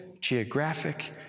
geographic